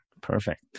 Perfect